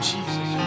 Jesus